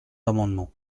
amendements